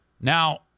Now